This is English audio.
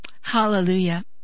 Hallelujah